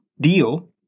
deal